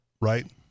right